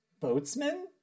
boatsmen